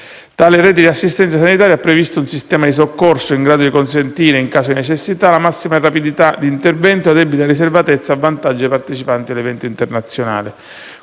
Tale rete di assistenza sanitaria ha previsto un sistema di soccorso in grado di consentire, in caso di necessità, la massima rapidità d'intervento e la debita riservatezza a vantaggio dei partecipanti all'evento internazionale.